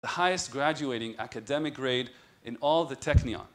The highest graduating academic grade in all the Technion